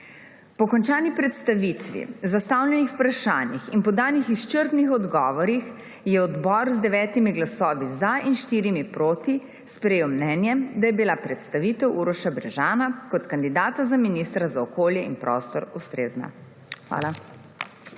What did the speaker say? Po končani predstavitvi, zastavljenih vprašanjih in podanih izčrpnih odgovorih je odbor z 9 glasovi za in 4 proti sprejel mnenje, da je bila predstavitev Uroša Brežana kot kandidata za ministra za okolje in prostor ustrezna. Hvala.